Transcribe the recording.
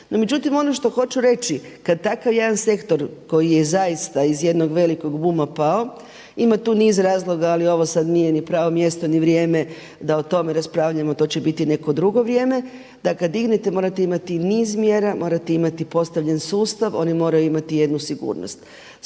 međutim ono što hoću reći kada takav jedan sektor koji je zaista iz jednog velikog buma pao, ima tu niz razloga ali ovo sad nije ni pravo mjesto ni vrijeme da o tome raspravljamo, to će biti neko drugo vrijeme, da kada …/Govornik se ne razumije./… morate imati niz mjera, morate imati postavljen sustav, oni moraju imati jednu sigurnost.